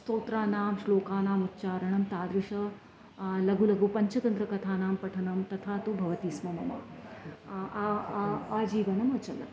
स्तोत्राणां श्लोकानाम् उच्चारणं तादृशं लघु लघु पञ्चतन्त्रकथानां पठनं तथा तु भवति स्म मम आजीवनम् अचलत्